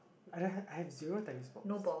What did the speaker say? I d~ I have zero tennis balls